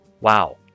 Wow